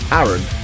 Aaron